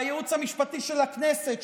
הייעוץ המשפטי של הכנסת,